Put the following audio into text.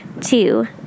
two